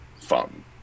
fun